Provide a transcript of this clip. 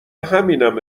همینم